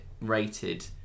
rated